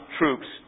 troops